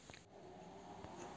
खडपतवार फसलों के लिए बाधक हैं?